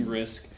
risk